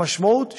המשמעות,